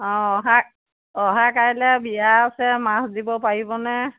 অঁ অহা অহা কাইলৈ বিয়া আছে মাছ দিব পাৰিবনে